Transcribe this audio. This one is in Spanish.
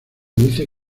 dice